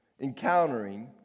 encountering